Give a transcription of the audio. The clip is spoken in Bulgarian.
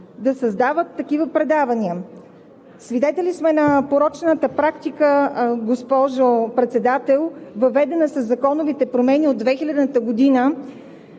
...да създават такива предавания. Свидетели сме на порочната практика, госпожо Председател, въведена със законовите промени от 2000 г.,